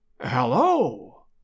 Hello